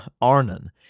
Arnon